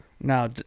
Now